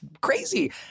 crazy